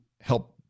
help